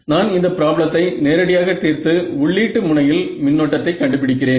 நான் இந்த ப்ராப்ளத்தை நேரடியாக தீர்த்து உள்ளீட்டு முனையில் மின்னோட்டத்தை கண்டுபிடிக்கிறேன்